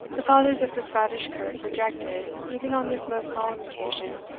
the fathers of the scottish kirk rejected, even on this most solemn occasion,